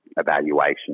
evaluation